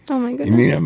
oh, my goodness. um